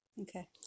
Okay